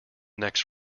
next